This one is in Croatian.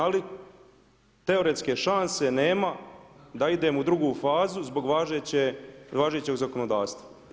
Ali, teoretske šanse nema da idemo u drugu fazu zbog važećeg zakonodavstva.